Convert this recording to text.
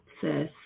says